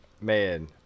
man